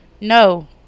No